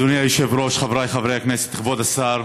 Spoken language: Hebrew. אדוני היושב-ראש, חבריי חברי הכנסת, כבוד השר